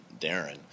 Darren